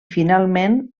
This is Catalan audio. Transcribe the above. finalment